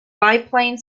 biplane